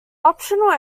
optional